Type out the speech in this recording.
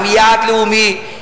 עם יעד לאומי,